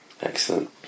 Excellent